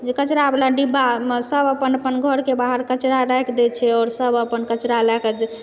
जे कचरावला डिब्बामे सभ अपन अपन घरके बाहर कचरा राखि दैत छै आओर सभ अपन कचरा लएकऽ